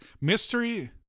mystery